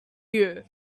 you